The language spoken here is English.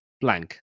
blank